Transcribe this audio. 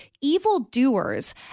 evildoers